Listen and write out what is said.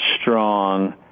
strong